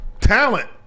talent